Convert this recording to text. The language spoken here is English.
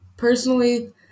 Personally